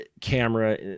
camera